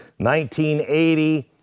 1980